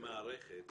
מערכת